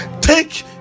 take